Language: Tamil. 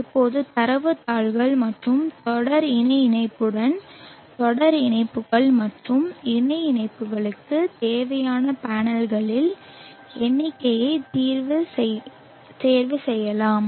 இப்போது தரவுத் தாள்கள் மற்றும் தொடர் இணை இணைப்புடன் தொடர் இணைப்புகள் மற்றும் இணை இணைப்புகளுக்குத் தேவையான பேனல்களின் எண்ணிக்கையை நீங்கள் தேர்வு செய்யலாம்